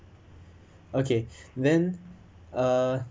okay then uh